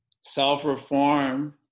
Self-reform